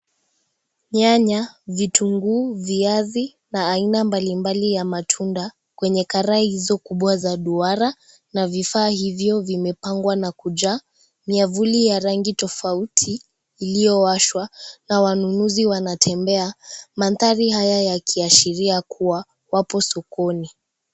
Nyanya, vitunguu, viazi na aina mbalimbali ya matunda kwenye karai hizo kubwa za duara na vifaa hivyo vimepangwa na kujaa. Miavuli ya rangi tofauti iliyowashwa na wanunuzi wanatembea mandhari haya yakiashiria kuwa wapo sokoni.